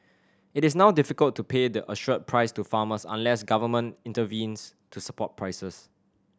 it is now difficult to pay the assured price to farmers unless government intervenes to support prices